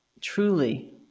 truly